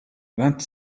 vingt